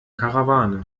karawane